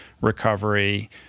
recovery